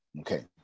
Okay